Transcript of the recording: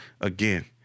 again